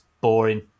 boring